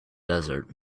desert